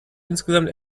insgesamt